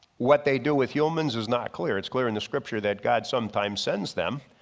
what they do with humans is not clear. it's clear in the scripture that god sometimes sends them,